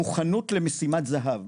מוכנות למשימת זהב,